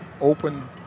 open